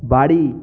বাড়ি